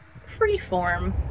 freeform